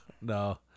no